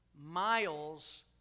miles